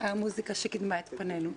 המוזיקה שקידמה את פנינו,